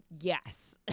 Yes